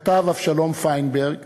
כתב אבשלום פיינברג,